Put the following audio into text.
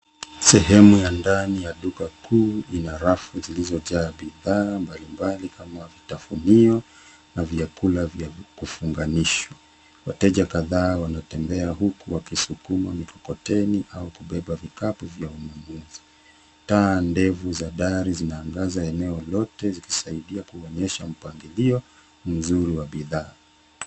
Sehemu ya ndani ya duka kuu ina rafu zilizojaa bidhaa mbalimbali kama vitafunio na vyakula vya kufunganishwa. Wateja kadhaa wanatembea huku wakisukuma mikokoteni au kubeba vikapu vya ununuzi. Taa ndefu za dari zinaangaza eneo lote zikisaidia kuonyesha mpangilio mzuri wa bidhaa.